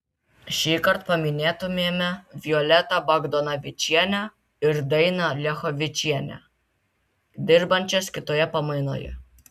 šįkart paminėtumėme violetą bagdonavičienę ir dainą liachovičienę dirbančias kitoje pamainoje